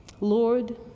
Lord